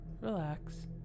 relax